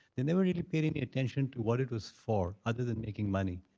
they never really paid any attention to what it was for other than making money.